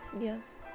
Yes